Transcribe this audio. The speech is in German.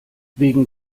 wegen